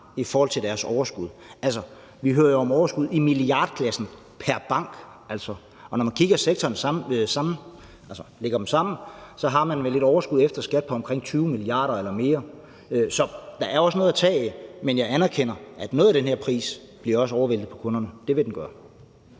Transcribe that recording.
i forhold til deres overskud. Vi hører jo om overskud i milliardklassen – pr. bank! Og når man kigger på sektoren samlet, altså lægger dem sammen, har man vel et overskud efter skat på omkring 20 mia. kr. eller mere. Så der er også noget at tage af. Men jeg anerkender, at noget af den her pris også bliver overvæltet på kunderne. Det vil den gøre.